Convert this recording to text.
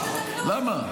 למה?